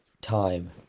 time